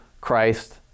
Christ